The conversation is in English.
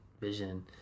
vision